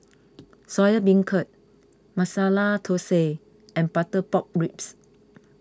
Soya Beancurd Masala Thosai and Butter Pork Ribs